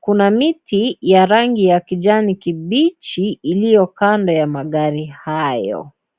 kuna miti ya rangi ya kijani kibichi iliyo kando ya magari hayo.